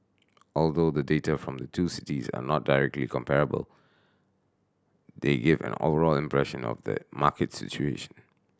although the data from the two cities are not directly comparable they give an overall impression of the market situation